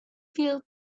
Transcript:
field